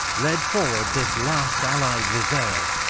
led forward this last allied reserve,